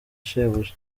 shebuja